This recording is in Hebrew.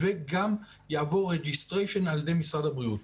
וגם יעבור registration על ידי משרד הבריאות.